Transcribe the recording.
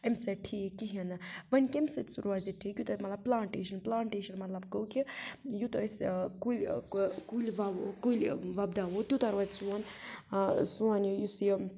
اَمہِ سۭتۍ ٹھیٖک کِہیٖنٛۍ نہٕ وۄنۍ کَمہِ سۭتۍ روزِ سُہ ٹھیٖک یوٗتاہ مطلب پُلانٹیشَن پُلانٹیشَن مطلب گوٚو کہِ یوٗتاہ أسۍ کُلۍ کُلۍ وَو کُلۍ وۄپداوَو تیٛوٗتاہ روزِ سون سون یہِ یُس یہِ